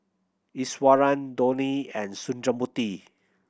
Iswaran Dhoni and Sundramoorthy